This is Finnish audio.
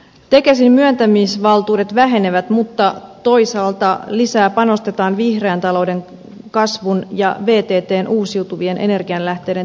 tekesin myöntämisvaltuudet vähenevät mutta toisaalta lisää panostetaan vihreän talouden kasvun ja vttn uusiutuvien energianlähteiden tutkimusinfrastruktuuriin